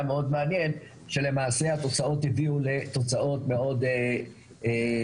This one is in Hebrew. מאד מעניין שלמעשה התוצאות הביאו לתוצאות מאד מעניינות